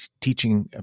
teaching